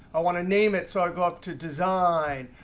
i want to name it, so i go up to design,